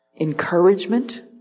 Encouragement